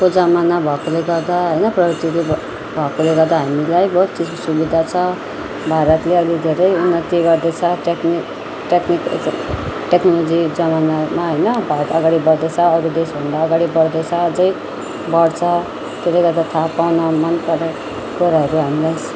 को जमाना भएकोले गर्दा होइन प्रविधिले भएकोले गर्दा हामीलाई बहुत सुविधा छ भारतले अहिले धेरै उन्नति गर्दैछ टेकनिक टेकनिक ज टेक्नोलोजी जमानामा होइन भारत अगाडि बढ्दैछ अरू देश भन्दा अगाडि बढ्दैछ अझ बढ्छ त्यसले गर्दा थाहा पाउन मन परेको कुराहरू हामीलाई